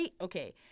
okay